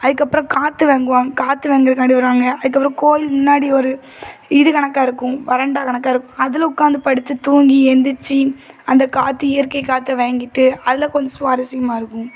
அதுக்கப்புறம் காற்று வாங்குவாங்க காற்று வாங்குறதுக்காண்டி வருவாங்க அதுக்கப்புறம் கோயில் முன்னாடி ஒரு இது கணக்காக இருக்கும் வராண்டா கணக்காக இருக்கும் அதில் உட்காந்து படுத்து தூங்கி எந்திச்சு அந்த காற்று இயற்கை காற்றை வாங்கிகிட்டு அதில் கொஞ்சம் சுவாரசியமாக இருக்கும்